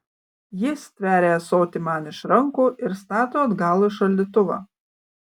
ji stveria ąsotį man iš rankų ir stato atgal į šaldytuvą